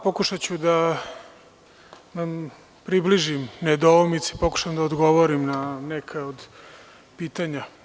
Pokušaću da vam približim nedoumice i pokušam da odgovorim na neka pitanja.